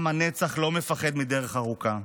עם הנצח לא מפחד מדרך ארוכה,